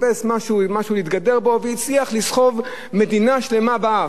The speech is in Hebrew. חיפש משהו להתגדר בו והצליח לסחוב מדינה שלמה באף.